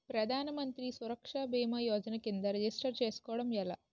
ప్రధాన మంత్రి సురక్ష భీమా యోజన కిందా రిజిస్టర్ చేసుకోవటం ఎలా?